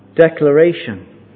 declaration